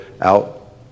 out